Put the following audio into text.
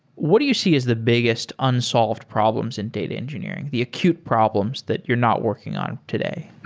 what do you see is the biggest unsolved problems in data engineering? the acute problems that you're not working on today